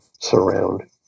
surround